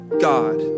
god